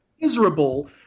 miserable